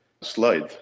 slide